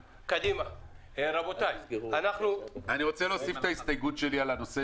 אני רוצה להוסיף את ההסתייגות שלי לנושא